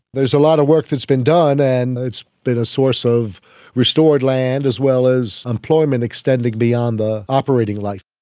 there's a lot of work that has been done, and it's been a source of restored land as well as employment extending beyond the operating life.